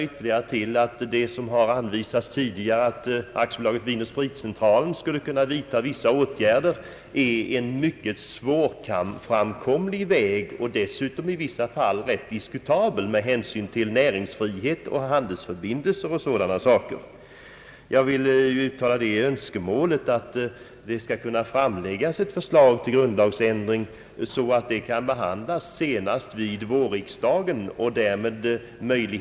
Det har sagts tidigare att AB Vin & spritcentralen skulle kunna vidta vissa åtgärder, men den vägen är mycket svårframkomlig och dessutom i vissa fall diskutabel med hänsyn till näringsfrihet, handelsförbindelser och sådana saker. Jag vill uttala det önskemålet att ett förslag till grundlagsändring skall framläggas så att det kan behandlas senast vid nästa års vårriksdag.